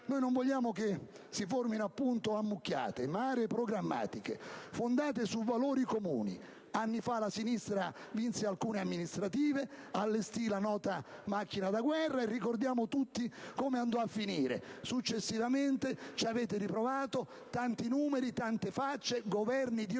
- non vogliamo che si formino ammucchiate, ma aree programmatiche, fondate su valori comuni. Anni fa la sinistra vinse alcune elezioni amministrative e allestì la nota macchina da guerra, e ricordiamo tutti come andò a finire. Successivamente ci avete riprovato: tanti numeri, tante facce, Governi di